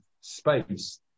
space